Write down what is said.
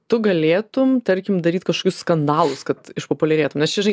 tu galėtum tarkim daryt kažkokius skandalus kad išpopuliarėtum nes čia